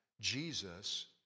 Jesus